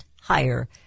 higher